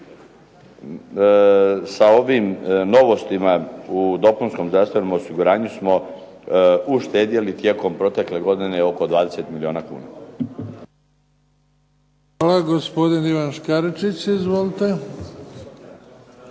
sa ovim novostima u dopunskom zdravstvenom osiguranju smo uštedjeli tijekom protekle godine oko 20 milijuna kuna. **Bebić, Luka (HDZ)** Hvala. Gospodin Ivan Škaričić. Izvolite.